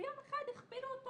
וביום אחד הכפילו אותו